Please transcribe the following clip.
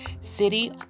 city